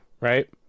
right